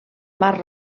mar